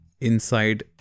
inside